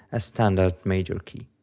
a standard major key.